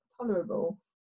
tolerable